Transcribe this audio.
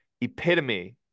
epitome